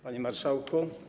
Panie Marszałku!